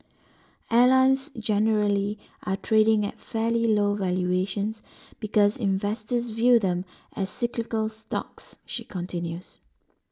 airlines generally are trading at fairly low valuations because investors view them as cyclical stocks she continues